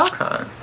Okay